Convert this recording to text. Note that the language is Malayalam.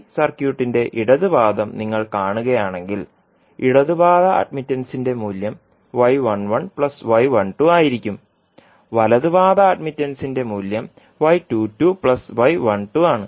പൈ സർക്യൂട്ടിന്റെ ഇടത് പാദം നിങ്ങൾ കാണുകയാണെങ്കിൽ ഇടത് പാദ അഡ്മിറ്റൻസിന്റെ മൂല്യം ആയിരിക്കും വലത് പാദ അഡ്മിറ്റൻസിന്റെ മൂല്യം ആണ്